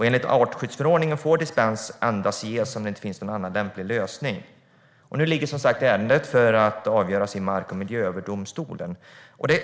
Enligt artskyddsförordningen får dispens ges endast om det inte finns någon annan lämplig lösning. Nu ligger som sagt ärendet för avgörande i Mark och miljööverdomstolen.